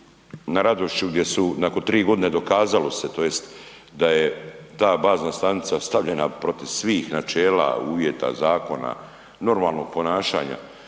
na Radošiću gdje su nakon tri godine dokazalo se, to jest da je ta bazna stanica stavljena protiv svih načela, uvjeta, zakona, normalnog ponašanja,